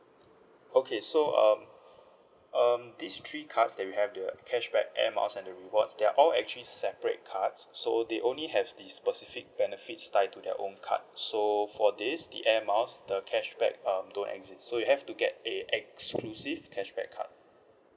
okay so um um these three cards that we have the cashback airmiles and the rewards they're all actually separate cards so they only have the specific benefits tied to their own card so for this the airmiles the cashback um don't exist so you have to get a exclusive cashback card